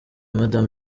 madame